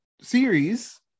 series